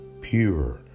pure